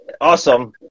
Awesome